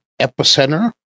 epicenter